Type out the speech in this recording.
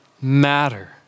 matter